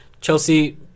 Chelsea